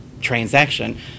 transaction –